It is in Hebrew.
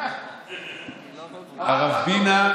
הרב בינה,